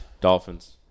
Dolphins